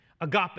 agape